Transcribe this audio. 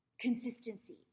consistency